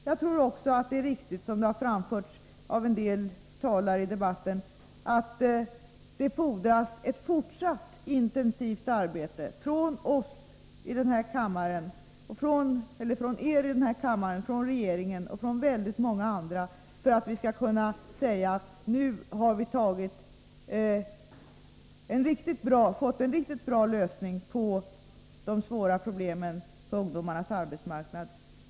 Jag tror också att det är riktigt, som har framförts av en del talare i debatten, att det fordras ett fortsatt intensivt arbete från er i denna kammare, från regeringen och från väldigt många andra för att vi skall kunna säga att vi har fått en riktigt bra lösning av de svåra problemen på ungdomarnas arbetsmarknad.